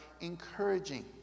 encouraging